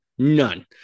none